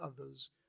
others